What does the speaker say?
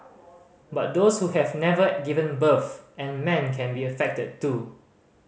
but those who have never given birth and men can be affected too